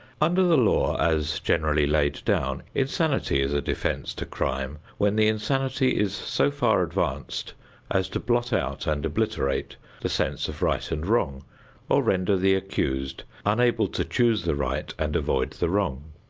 under the law as generally laid down, insanity is a defense to crime when the insanity is so far advanced as to blot out and obliterate the sense of right and wrong or render the accused unable to choose the right and avoid the wrong.